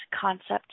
concept